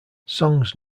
songs